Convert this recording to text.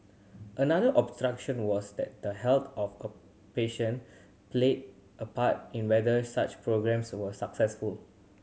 another was that the health of a patient played a part in whether such programmes were successful